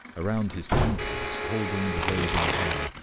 around his temples, holding the waving hair,